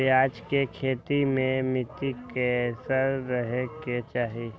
प्याज के खेती मे मिट्टी कैसन रहे के चाही?